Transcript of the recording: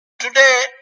Today